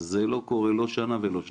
זה לא קורה לא בשנה ולא בשנתיים.